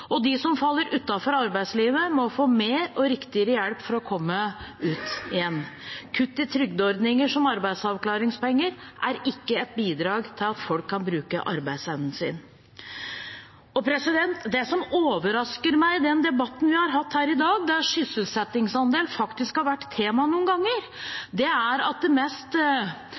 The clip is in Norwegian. kompetansepåfyll. De som faller utenfor arbeidslivet, må få mer og riktigere hjelp for å komme i arbeid igjen. Kutt i trygdeordninger som arbeidsavklaringspenger er ikke et bidrag til at folk kan bruke arbeidsevnen sin. Det som overrasker meg i den debatten vi har hatt her i dag, der sysselsettingsandelen har vært tema noen ganger, er at det mest